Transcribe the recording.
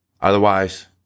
Otherwise